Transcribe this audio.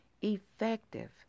effective